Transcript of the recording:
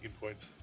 points